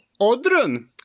odrun